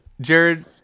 Jared